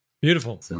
Beautiful